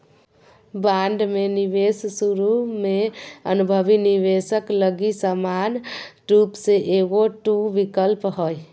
bond में निवेश शुरु में अनुभवी निवेशक लगी समान रूप से एगो टू विकल्प हइ